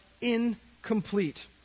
incomplete